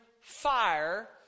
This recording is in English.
fire